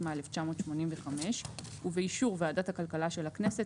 התשמ"ה-1985 ובאישור ועדת הכלכלה של הכנסת,